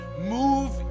move